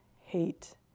hate